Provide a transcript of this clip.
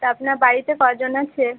তা আপনার বাড়িতে কজন আছে